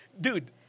Dude